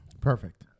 Perfect